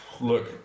look